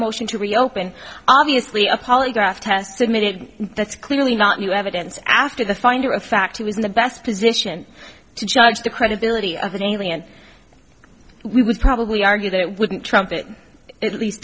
motion to reopen obviously a polygraph test admitted that's clearly not new evidence after the finder of fact who was in the best position to judge the credibility of an alien we would probably argue that it wouldn't trump it it least